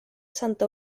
santa